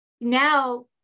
now